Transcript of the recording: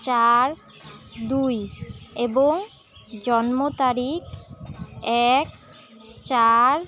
চার দুই এবং জন্ম তারিখ এক চার